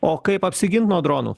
o kaip apsigint nuo dronų